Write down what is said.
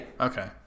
okay